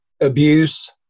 Abuse